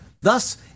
Thus